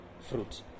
fruit